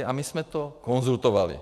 A my jsme to konzultovali.